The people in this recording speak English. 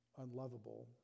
unlovable